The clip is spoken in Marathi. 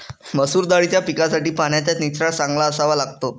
मसूर दाळीच्या पिकासाठी पाण्याचा निचरा चांगला असावा लागतो